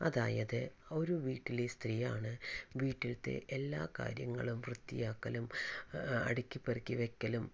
അതായത് ഒരു വീട്ടിലെ സ്ത്രീ ആണ് വീട്ടിലത്തെ എല്ലാ കാര്യങ്ങളും വൃത്തിയാക്കലും അടുക്കിപ്പെറുക്കി വെയ്ക്കലും